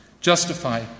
justify